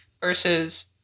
versus